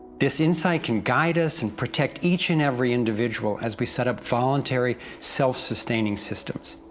this insight can guide us and protect each and every individual as we set up voluntary, self-sustaining systems.